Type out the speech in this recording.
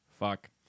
fuck